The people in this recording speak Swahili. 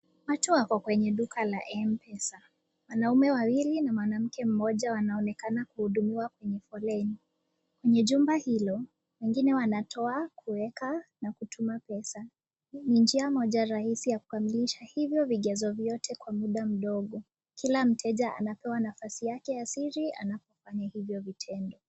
Watu wako kwenye duna la mpesa, wanaume wawili na mwanamke mmoja wanaonekana kuhudumiwa kwa foleni, kwenye jumba hilo wengine wanatoa, kuweka na kutuma pesa, ni njia rahisi ya kumaliza hivyo vigezo vyote kwa mda mfupi. Kila mteja anapewa mda wake wa siri aweze kutoa.